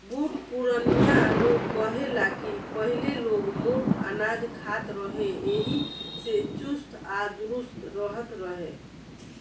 बुढ़ पुरानिया लोग कहे ला की पहिले लोग मोट अनाज खात रहे एही से चुस्त आ दुरुस्त रहत रहे